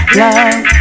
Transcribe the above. love